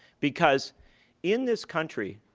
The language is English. because in this country,